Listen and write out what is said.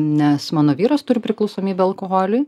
nes mano vyras turi priklausomybę alkoholiui